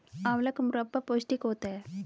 आंवला का मुरब्बा पौष्टिक होता है